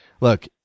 look